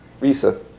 Risa